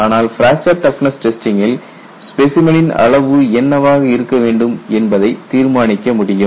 ஆனால் fracture toughness டெஸ்டிங்கில் ஸ்பெசைமனின் அளவு என்னவாக இருக்க வேண்டும் என்பதை தீர்மானிக்க முடியும்